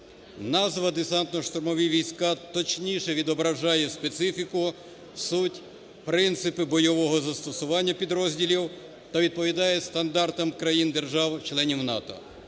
Назва "Десантно-штурмові війська" точніше відображає специфіку, суть, принципи бойового застосування підрозділів та відповідає стандартам країн держав-членів НАТО.